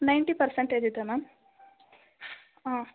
ninety percentage ಇದೆ ma'am ಹಾಂ